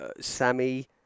Sammy